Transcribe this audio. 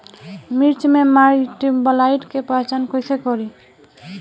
मिर्च मे माईटब्लाइट के पहचान कैसे करे?